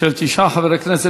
של תשעה חברי כנסת,